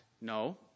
No